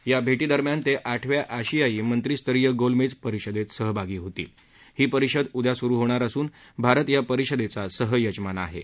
ग्रा भटीदरम्यान तक्रिाठव्या आशियाई मंत्रीस्तरीय गोलमद्वीपरिषदतीसहभागी होतील ही परिषद उद्या सुरु होणार असून भारत या परिषदद्या सहयजमान आहा